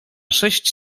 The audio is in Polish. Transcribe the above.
sześć